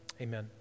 Amen